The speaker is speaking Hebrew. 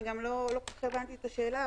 לא כל כך הבנתי את השאלה,